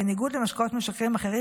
בניגוד למשקאות משכרים אחרים,